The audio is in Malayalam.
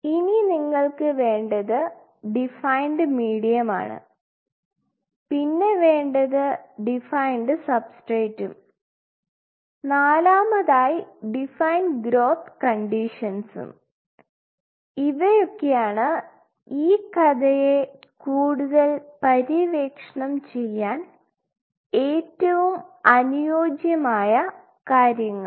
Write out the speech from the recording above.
ഇനി നിങ്ങൾക്ക് വേണ്ടത് ഡിഫൈൻഡ് മീഡിയം ആണ് പിന്നെ വേണ്ടത് ഡിഫൈൻ സബ്സ്ട്രേറ്റ് ആണ് നാലാമതായി ഡിഫൈൻ ഗ്രോത്ത് കണ്ടീഷൻസും ഇവയൊക്കെയാണ് ഈ കഥയെ കുടുതൽ പര്യവേക്ഷണം ചെയ്യാൻ ഏറ്റവും അനുയോജ്യമായ കാര്യങ്ങൾ